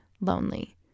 lonely